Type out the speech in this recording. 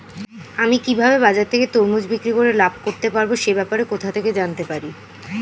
আমি কিভাবে বাজার থেকে তরমুজ বিক্রি করে লাভ করতে পারব সে ব্যাপারে কোথা থেকে জানতে পারি?